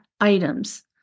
items